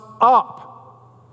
up